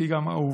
שהיא גם אהובתי,